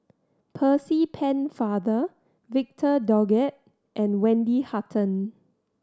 Percy Pennefather Victor Doggett and Wendy Hutton